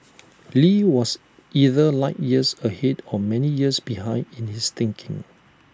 lee was either light years ahead or many years behind in his thinking